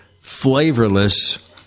flavorless